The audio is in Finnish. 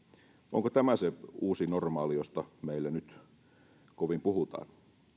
onko tämä se uusi normaali josta meille nyt kovin puhutaan